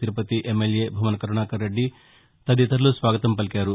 Tirupati MLA Bhumana Karunakar Reddy తదితరులు స్వాగతం పలికారు